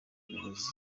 bayobozi